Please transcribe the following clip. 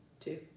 two